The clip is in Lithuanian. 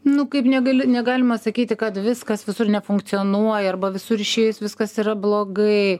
nu kaip negali negalima sakyti kad viskas visur nefunkcionuoja arba visur išėjus viskas yra blogai